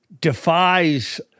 defies